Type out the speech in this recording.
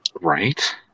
right